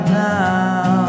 now